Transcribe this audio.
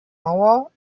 mauer